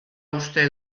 uste